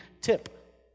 tip